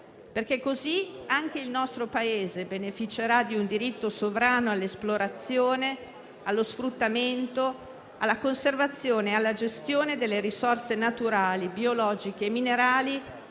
perché così anche il nostro Paese beneficerà di un diritto sovrano all'esplorazione, allo sfruttamento, alla conservazione e alla gestione delle risorse naturali biologiche e minerali